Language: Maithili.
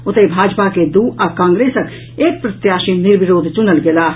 ओतहि भाजपा के दू आ कांग्रेसक एक प्रत्याशी निर्विरोध चुनल गेलाह